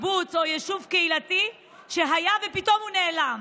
קיבוץ או יישוב קהילתי שהיה ופתאום הוא נעלם.